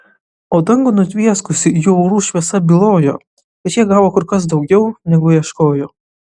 o dangų nutvieskusi jų aurų šviesa bylojo kad jie gavo kur kas daugiau negu ieškojo